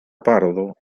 pardo